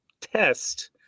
test